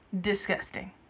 disgusting